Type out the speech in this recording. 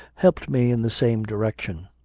helped me in the same direction.